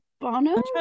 bono